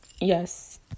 Yes